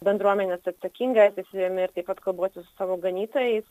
bendruomenės atsakinga atsivejami ir taip pat kalbuosi su savo ganytojais